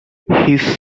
his